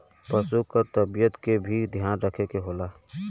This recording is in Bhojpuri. पसु क तबियत के भी ध्यान रखे के होला